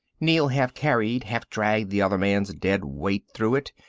neel half carried, half dragged the other man's dead weight through it,